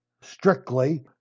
strictly